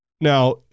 Now